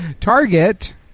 Target